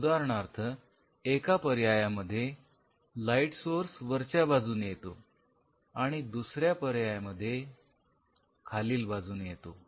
उदाहरणार्थ एका पर्यायामध्ये लाईट सोर्स वरच्या बाजूने येतो आणि दुसऱ्या मध्ये खालील बाजूने येतो